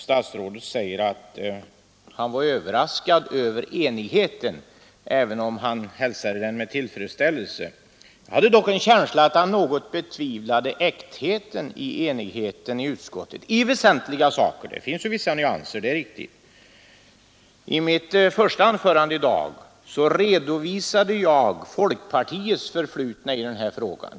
Statsrådet sade att han var överraskad av enigheten även om han hälsade den med tillfredsställelse. Jag hade dock en känsla av att han betvivlade äktheten i enigheten i väsentliga frågor. Det finns vissa nyanser, det är riktigt. I mitt första anförande i dag redovisade jag folkpartiets förflutna i denna fråga.